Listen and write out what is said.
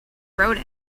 wrote